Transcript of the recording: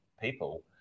people